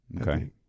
Okay